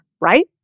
right